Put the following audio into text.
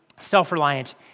self-reliant